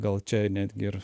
gal čia netgi ir